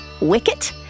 Wicket